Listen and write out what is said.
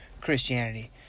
Christianity